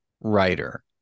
writer